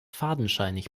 fadenscheinig